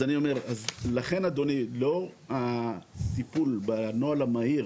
אז אני אומר, לכן אדוני, לאור הטיפול בנוהל המהיר